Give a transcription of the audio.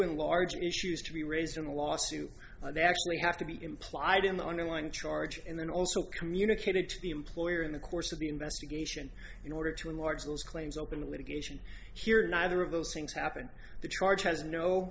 enlarge issues to be raised in a lawsuit they actually have to be implied in the underlying charge and then also communicated to the employer in the course of the investigation in order to enlarge those claims open to litigation here neither of those things happened the charge has